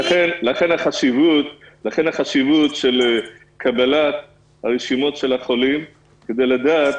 לכן החשיבות של קבלת הרשימות של החולים כדי לדעת.